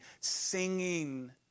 Singing